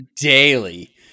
daily